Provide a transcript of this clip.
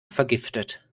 vergiftet